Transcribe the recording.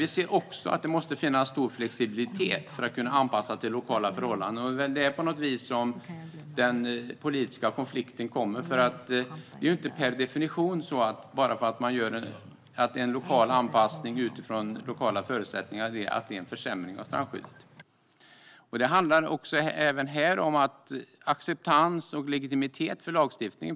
Vi anser dock att det måste finnas stor flexibilitet för att kunna anpassa sig till lokala förhållanden, och det är där som den politiska konflikten kommer. Det är inte per definition så att en lokal anpassning utifrån lokala förutsättningar är en försämring av strandskyddet. Även här handlar det om acceptans av och legitimitet för lagstiftningen.